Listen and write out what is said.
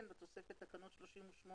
תקנות 38